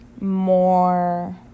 more